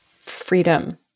freedom